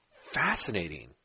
fascinating